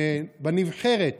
בנבחרת